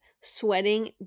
sweating